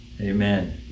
amen